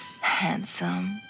Handsome